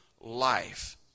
life